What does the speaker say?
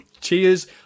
Cheers